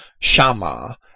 shama